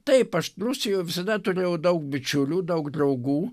taip aš rusijoj visada turėjau daug bičiulių daug draugų